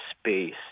space